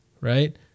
right